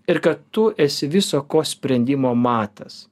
ir kad tu esi viso ko sprendimo matas